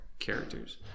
characters